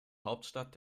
hauptstadt